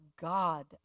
God